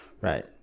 Right